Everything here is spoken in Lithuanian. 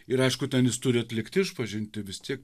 ir aišku ten jis turi atlikt išpažintį vis tiek